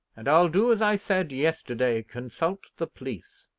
and i'll do as i said yesterday consult the police.